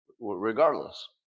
regardless